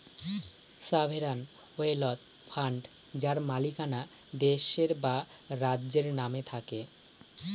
sovereign wealth fund যার মালিকানা দেশের বা রাজ্যের নামে থাকে